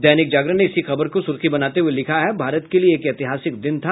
दैनिक जागरण ने इसी खबर को सुर्खी बनाते हुये लिखा है भारत के लिये एक ऐतिहासिक दिन था